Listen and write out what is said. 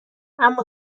اما